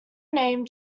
name